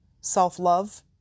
self-love